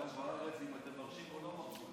היום בארץ אם אתם מרשים או לא מרשים,